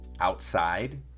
outside